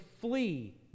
flee